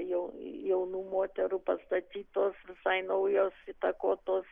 jau jaunų moterų pastatytos visai naujos įtakotos